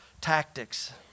tactics